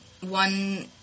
one